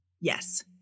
Yes